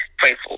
faithful